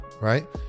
right